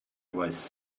was